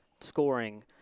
scoring